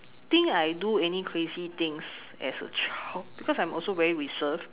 think I do any crazy things as a child because I'm also very reserved